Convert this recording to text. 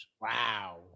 Wow